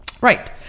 right